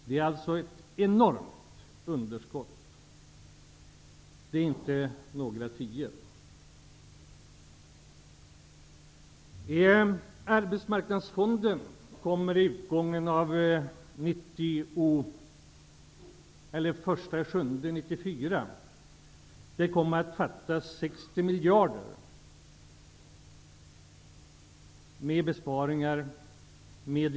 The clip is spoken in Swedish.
Det är alltså ett enormt underskott. Det är inte fråga om några tior. Den 1 juli 1994 kommer det att fattas 60 miljarder kronor i Arbetsmarknadsfonden.